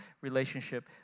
relationship